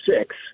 six